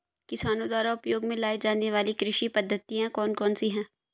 किसानों द्वारा उपयोग में लाई जाने वाली कृषि पद्धतियाँ कौन कौन सी हैं?